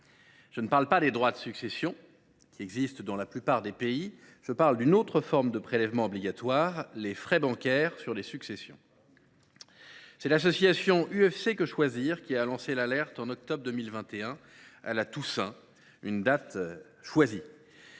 Je ne parle pas des droits de succession, qui existent dans la plupart des pays ; je parle d’une autre forme de prélèvement obligatoire : les frais bancaires sur les successions. C’est l’association UFC Que Choisir qui a lancé l’alerte en octobre 2021, quelques jours avant la Toussaint, une date choisie.